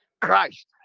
Christ